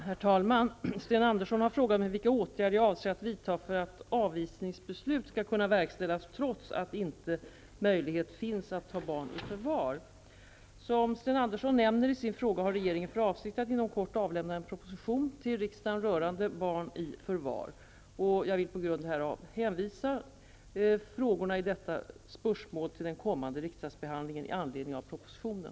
Herr talman! Sten Andersson i Malmö har frågat mig vilka åtgärder jag avser att vidta för att avvisningsbeslut skall kunna verksställas trots att inte möjlighet finns att ta barn i förvar. Som Sten Andersson nämner i sin fråga har regeringen för avsikt att inom kort avlämna en proposition till riksdagen rörande barn i förvar. Jag vill på grund härav hänvisa frågor i detta spörsmål till den kommande riksdagsbehandlingen i anledning av propositionen.